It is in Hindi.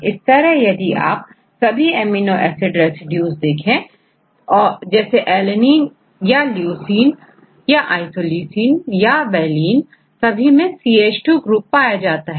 इस तरह यदि आप सभी एमिनो एसिड रेसिड्यूज देखें जैसेalanine या leucine याisoleucine या valine सभी मैंCH2 ग्रुप पाया जाता है